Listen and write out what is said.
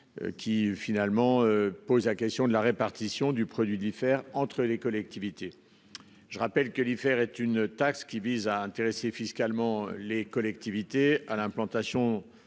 Qui finalement pose la question de la répartition du produit diffère entre les collectivités. Je rappelle que l'IFER est une taxe qui vise à intéresser fiscalement les collectivités à l'implantation